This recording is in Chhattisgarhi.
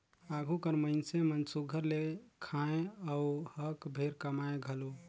आघु कर मइनसे मन सुग्घर ले खाएं अउ हक भेर कमाएं घलो